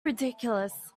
ridiculous